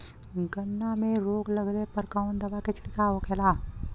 गन्ना में रोग लगले पर कवन दवा के छिड़काव होला?